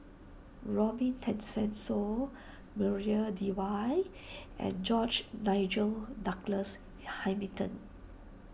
Robin Tessensohn Maria Dyer and George Nigel Douglas Hamilton